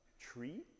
tree